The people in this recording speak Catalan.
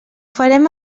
farem